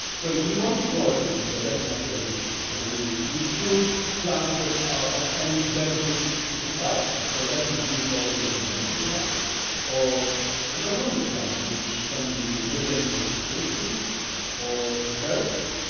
well, we want to grow everything but that's not realistic, so we we choose plants that are of any benefit to society. so that would be probably ornamental plants or economic plants which can be progenitors of fruit trees or herbs,